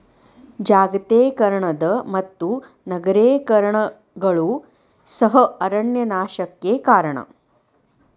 ಜಾಗತೇಕರಣದ ಮತ್ತು ನಗರೇಕರಣಗಳು ಸಹ ಅರಣ್ಯ ನಾಶಕ್ಕೆ ಕಾರಣ